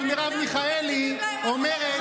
אבל מרב מיכאלי אומרת,